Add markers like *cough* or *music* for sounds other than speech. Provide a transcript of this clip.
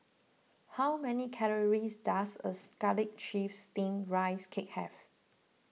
how many calories does a *noise* Garlic Chives Steamed Rice Cake have